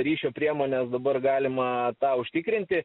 ryšio priemones dabar galima tą užtikrinti